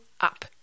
up